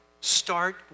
Start